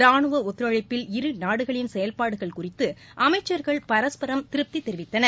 ரானுவ ஒத்துழைப்பில் இரு நாடுகளின் செயல்பாடுகள் குறித்து அமைச்சர்கள் பரஸ்பரம் திருப்தி தெரிவித்தனர்